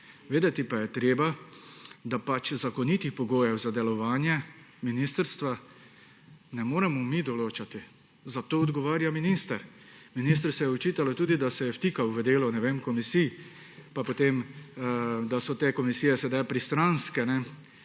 Vedeti pa je treba, da zakonitih pogojev za delovanje ministrstva ne moremo mi določati. Za to odgovarja minister. Ministru se je očitalo tudi, da se je vtikal v delo komisij, pa potem, da so te komisije sedaj pristranske in